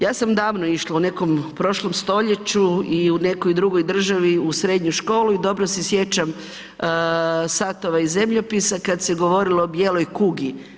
Ja sam davno išla, u nekom prošlom stoljeću i u nekoj državi u srednju školu i dobro se sjećam satova iz zemljopisa kad se govorilo o bijeloj kugi.